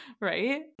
right